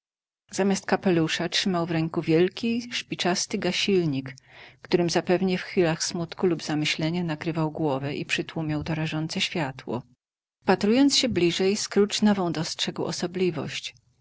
zamiast kapelusza trzymał w ręku wielki spiczasty gasilnik którym zapewne w chwilach smutku lub zamyślenia nakrywał głowę i przytłumiał to rażące światło wpatrując się bliżej scrooge nową dostrzegł osobliwość